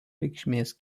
reikšmės